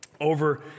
over